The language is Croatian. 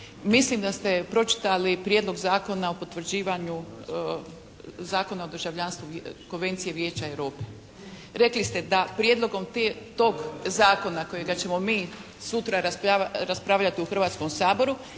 mislim da ste pročitali Prijedlog Zakona o potvrđivanju Zakona o državljanstvu Konvencije Vijeća Europe. Rekli ste da prijedlogom tog zakona kojega ćemo mi sutra raspravljati u Hrvatskom saboru